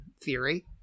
theory